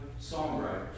songwriters